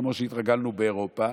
כמו שהתרגלנו באירופה,